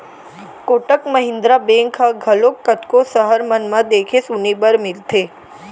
Kotak Mahindra bank ह घलोक कतको सहर मन म देखे सुने बर मिलथे